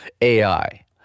AI